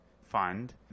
fund